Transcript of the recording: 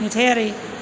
नुथायारि